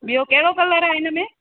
ॿियों कहिड़ो कलर आहे इन में